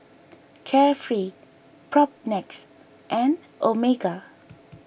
Carefree Propnex and Omega